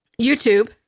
youtube